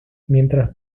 mientras